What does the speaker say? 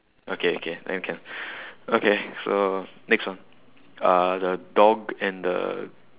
okay okay then can okay so next one uh the dog and the